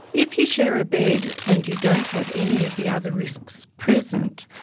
if you share a bed and you don't have any of the other risks present,